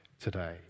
today